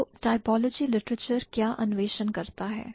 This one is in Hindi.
तो typology literature क्या अन्वेषण करता है